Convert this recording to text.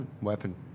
Weapon